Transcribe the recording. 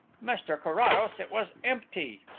mr carrados, it was empty!